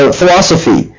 philosophy